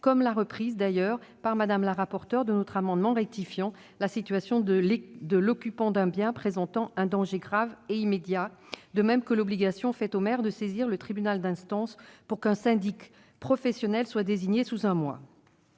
comme la reprise par Mme le rapporteur de notre amendement tendant à rectifier la situation de l'occupant d'un bien présentant un danger grave et immédiat, ainsi que l'obligation faite au maire de saisir le tribunal d'instance pour qu'un syndic professionnel soit désigné sous un mois